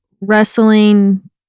wrestling